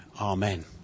amen